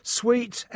sweet